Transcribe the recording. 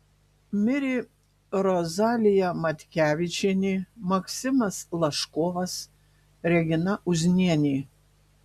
mirė rozalija matkevičienė maksimas laškovas regina uznienė